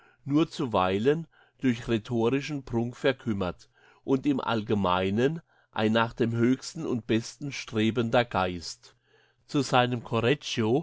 nur zuweilen durch rhetorischen prunk verkümmert und im allgemeinen ein nach dem höchsten und besten strebender geist zu seinem